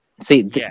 See